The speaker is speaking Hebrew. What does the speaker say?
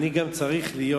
אני צריך להיות